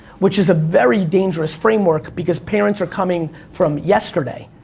which is a very dangerous framework, because parents are coming from yesterday,